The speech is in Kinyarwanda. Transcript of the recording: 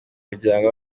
muryango